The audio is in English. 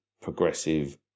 progressive